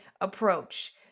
approach